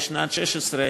בשנת 2016,